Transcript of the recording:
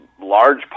large